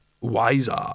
wiser